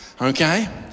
Okay